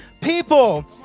people